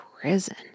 prison